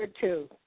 two